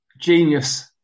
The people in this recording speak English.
Genius